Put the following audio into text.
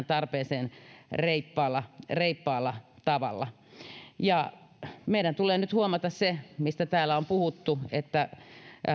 tarpeeseen reippaalla reippaalla tavalla meidän tulee nyt huomata se mistä täällä on puhuttu että